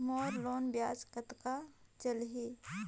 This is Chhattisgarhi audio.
मोर लोन ब्याज कतेक चलही?